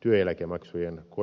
työeläkemaksujen korotukseen